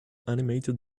animated